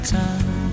time